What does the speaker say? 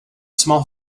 small